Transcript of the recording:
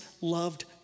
loved